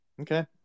okay